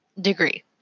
degree